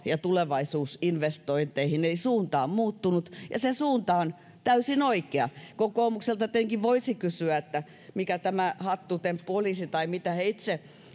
ja tulevaisuusinvestointeihin eli suunta on muuttunut ja se suunta on täysin oikea kokoomukselta tietenkin voisi kysyä mikä tämä hattutemppu olisi tai mitä he itse